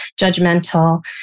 judgmental